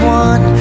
one